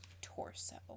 torso